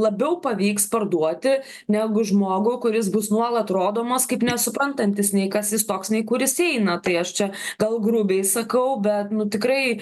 labiau pavyks parduoti negu žmogų kuris bus nuolat rodomas kaip nesuprantantis nei kas jis toks nei kur jis eina tai aš čia gal grubiai sakau bet nu tikrai